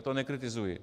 Já to nekritizuji.